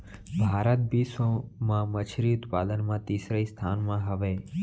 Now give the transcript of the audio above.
भारत बिश्व मा मच्छरी उत्पादन मा तीसरा स्थान मा हवे